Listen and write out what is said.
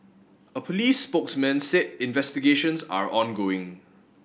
a police spokesman said investigations are ongoing